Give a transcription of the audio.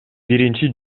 биринчи